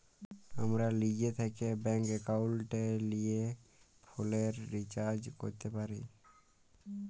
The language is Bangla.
আমরা লিজে থ্যাকে ব্যাংক একাউলটে লিয়ে ফোলের রিচাজ ক্যরতে পারি